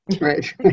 Right